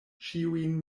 ĉiujn